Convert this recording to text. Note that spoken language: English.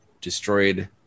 destroyed